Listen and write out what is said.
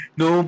no